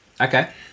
Okay